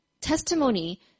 testimony